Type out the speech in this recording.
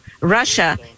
Russia